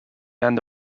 end